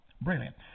brilliant